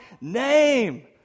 name